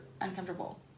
uncomfortable